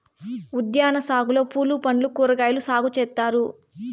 ఉద్యాన సాగులో పూలు పండ్లు కూరగాయలు సాగు చేత్తారు